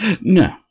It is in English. no